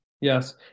Yes